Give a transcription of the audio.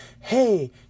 hey